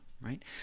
right